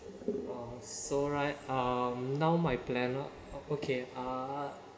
so right um now my plan okay uh